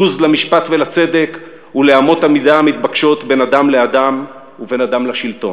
בוז למשפט ולצדק ולאמות המידה המתבקשות בין אדם לאדם ובין אדם לשלטון,